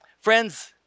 Friends